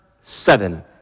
seven